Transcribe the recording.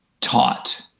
taught